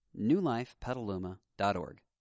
newlifepetaluma.org